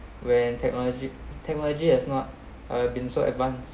when technology technology has not uh been so advanced